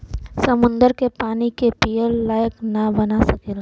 समुन्दर के पानी के पिए लायक ना बना सकेला